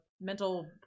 mental